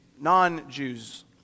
non-Jews